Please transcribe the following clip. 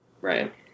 Right